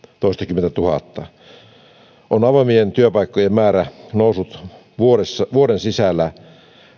toistakymmentätuhatta on avoimien työpaikkojen määrä noussut vuoden vuoden sisällä